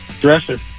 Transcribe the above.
dresser